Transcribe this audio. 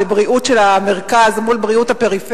בבריאות של המרכז אל מול בריאות הפריפריה,